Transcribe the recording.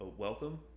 Welcome